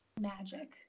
Magic